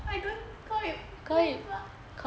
but you don't call it P_M mark